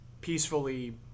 peacefully